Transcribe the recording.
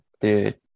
Dude